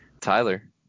tyler